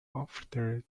after